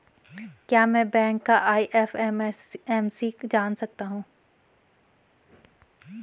क्या मैं बैंक का आई.एफ.एम.सी जान सकता हूँ?